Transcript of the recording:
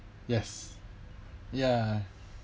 yes ya